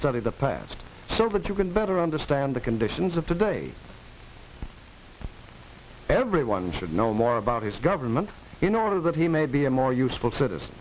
study the past service you can better understand the conditions of today everyone should know more about his government in order that he may be a more useful